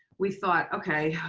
we thought, okay,